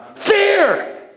Fear